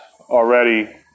already